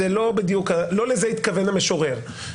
לא לזה התכוון המשורר.